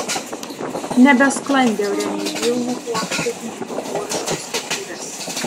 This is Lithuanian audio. nebesklandė ore nei vilnų kuokštai nei totoriškos kepurės